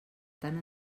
tant